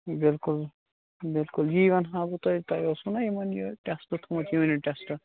بِلکُل بِلکُل یی وَنہٕ ہاو بہٕ تۄہہِ تۄہہِ اوسُو نہَ یِمن یہِ ٹیٚسٹہٕ تھوٚومُت یوٗنِٹ ٹیٚسٹہٕ